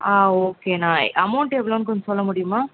ஆ ஓகேண்ணா அமௌண்ட் எவ்வளோனு கொஞ்சம் சொல்ல முடியுமா